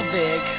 big